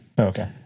Okay